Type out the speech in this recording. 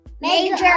Major